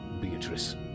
Beatrice